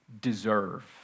deserve